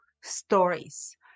stories